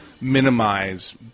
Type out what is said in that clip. minimize